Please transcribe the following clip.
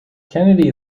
kennedy